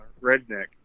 Redneck